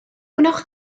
gwnewch